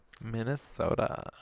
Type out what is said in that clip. Minnesota